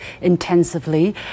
intensively